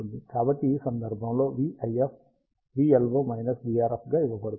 కాబట్టి ఈ సందర్భంలో vIF vLO vRFగా ఇవ్వబదుతుంది